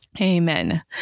Amen